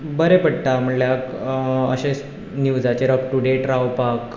बरें पडटा म्हणल्यार अशें न्यूजाचेर अप टू डॅट रावपाक